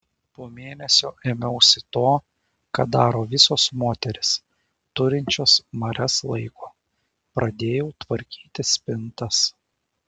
po mėnesio ėmiausi to ką daro visos moterys turinčios marias laiko pradėjau tvarkyti spintas